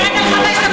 אנחנו מוותרים.